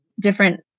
different